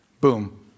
Boom